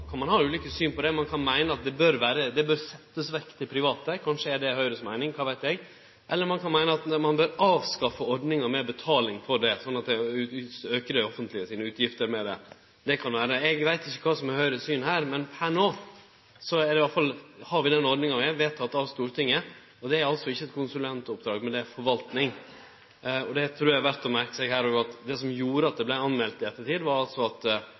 ein ha ulike syn på det. Ein kan meine at det bør setjast vekk til private. Kanskje er det Høgre si meining, kva veit eg! Eller ein kan meine at ein bør avskaffe ordninga med betaling for dette, slik at det vil auke det offentlege sine utgifter – det kan vere. Eg veit ikkje kva som er Høgre sitt syn her, men per no har vi i alle fall denne ordninga, som er vedteken av Stortinget. Det er altså ikkje eit konsulentoppdrag, men det er forvaltning. Eg trur òg det her er verdt å merke seg at det som gjorde at saka vart meldt i ettertid, var at